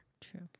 True